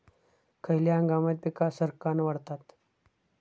खयल्या हंगामात पीका सरक्कान वाढतत?